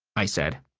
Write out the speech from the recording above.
i said.